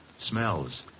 smells